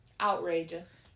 outrageous